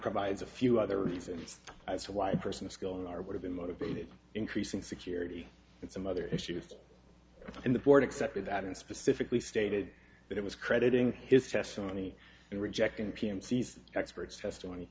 provides a few other reasons why a person is going are would have been motivated increasing security and some other issues in the board accepted that and specifically stated that it was crediting his testimony and rejecting pm sees experts testimony